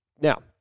now